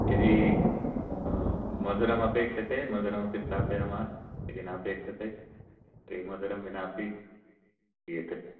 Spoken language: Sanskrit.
यदि मधुरम् अपेक्ष्यते मधुरमपि स्थापयामः यदि नापक्ष्यते तर्हि मधुरं विनापि दीयते